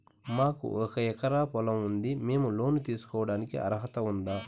మాకు ఒక ఎకరా పొలం ఉంది మేము లోను తీసుకోడానికి అర్హత ఉందా